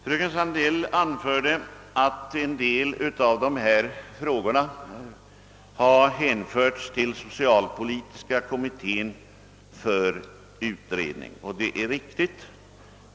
Fröken Sandell framhöll att en del av de här frågorna har hänförts till familjepolitiska kommittén för utredning. Detta är riktigt.